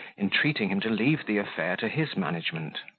entreating him to leave the affair to his management.